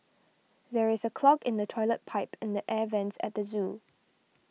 there is a clog in the Toilet Pipe and the Air Vents at the zoo